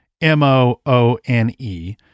M-O-O-N-E